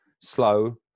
slow